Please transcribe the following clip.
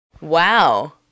Wow